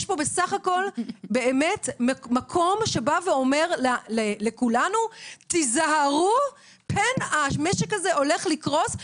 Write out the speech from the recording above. יש פה בסך הכול מקום שאומר לכולנו: תיזהרו פן המשק הזה הולך לקרוס,